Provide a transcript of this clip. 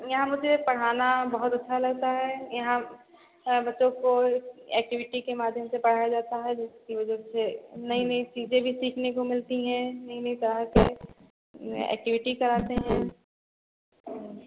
यहाँ मुझे पढ़ाना बहुत अच्छा लगता है यहाँ बच्चों को ऐक्टिविटी के माध्यम से पढ़ाया जाता है जिसकी वजह से नई नई चीजें भी सीखने को मिलती हैं नई नई तरह के ऐक्टिविटी कराते हैं और